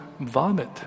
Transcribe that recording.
vomit